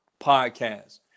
podcast